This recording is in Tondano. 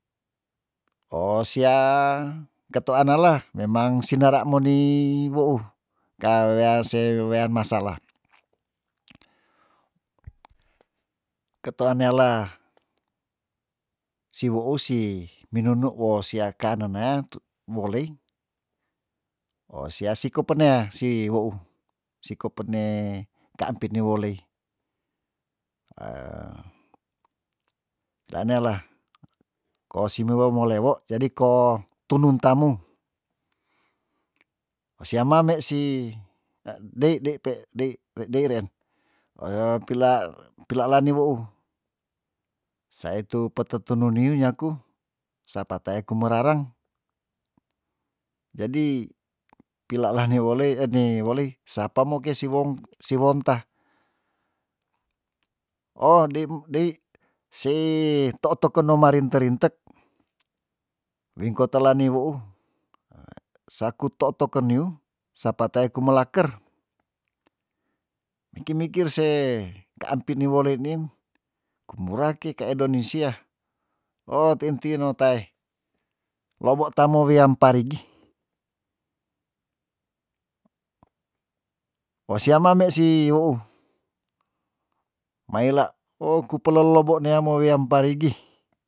Oh sia ketuanela memang si nera mo nei weu kaa wea se wean masalah ketea neala siwou si minunu woo sia kanen nea tu wolei oh sia si ko penea si wou siko pene kaampit ni wolei daan nela koosi mi we molewo jadi ko tunun tamu osia mame si na dei dei pe dei dei reen oh pila- pilalani wou sa itu pete tenu niu nyaku sape taek kumerareng jadi pila lani wolei ednei wolei sapa mo ke siwong siwontah oh deim dei sei totokenu marinte rintek wingko tela ni wou saku toto ken niu sapa tae kumelaker miki mikir se kaampit ni wolei niim kumura ke keedoni sia oh tiin tiin no tae lobo tamo wiam parigi oh sia mame si weu maila oh kupelo lobo neamo wiam parigi